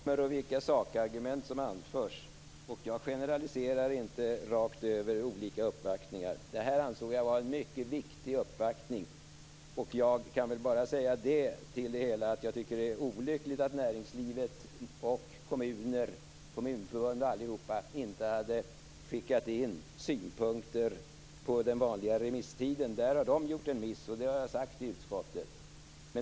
Fru talman! Jag tar intryck av vilka som uppvaktar och vilka sakargument som anförs. Jag generaliserar inte olika uppvaktningar rakt över. Jag ansåg att detta var en viktig uppvaktning. Det är olyckligt att näringslivet, kommunförbund osv. inte hade skickat in synpunkter under den vanliga remisstiden. De har gjort en miss, och det har jag sagt i utskottet.